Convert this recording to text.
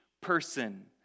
person